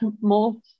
more